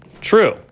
true